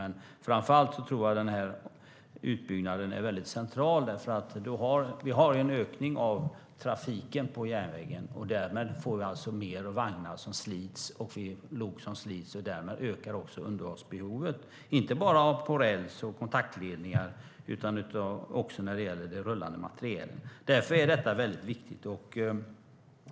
Men framför allt tror jag att denna utbyggnad är mycket central eftersom vi har en ökning av trafiken på järnvägen. Därmed får vi fler vagnar och lok som slits, och därmed ökar också underhållsbehoven, inte bara när det gäller räls och kontaktledningar utan också när det gäller den rullande materielen. Därför är detta mycket viktigt.